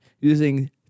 using